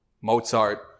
Mozart